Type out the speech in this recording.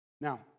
Now